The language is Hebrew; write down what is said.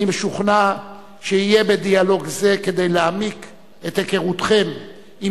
אני משוכנע שיהיה בדיאלוג זה כדי להעמיק את היכרותכם עם